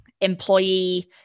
employee